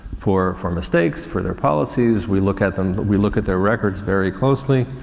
for, for mistakes, for their policies, we look at them, we look at their records very closely.